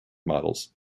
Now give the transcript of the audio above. models